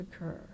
occur